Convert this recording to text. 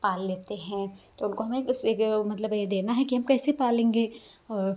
पाल लेते हैं तो उनको हमें बस एक मतलब ये देना है कि हम कैसे पालेंगे और